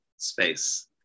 space